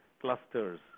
clusters